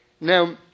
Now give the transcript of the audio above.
Now